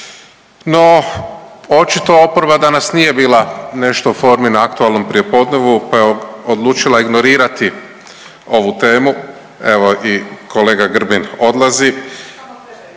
No, očito oporba danas nije bila nešto u formi na aktualnom prijepodnevu, pa je odlučila ignorirati ovu temu. Evo i kolega Grbin odlazi.